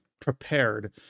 prepared